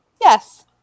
yes